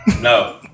No